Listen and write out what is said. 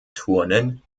turnen